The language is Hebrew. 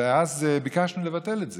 וביקשנו לבטל את זה.